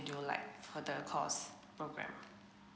schedule like for the course programme